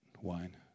wine